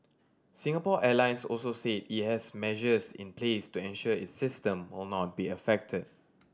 Singapore Airlines also said it has measures in place to ensure its system or not be affected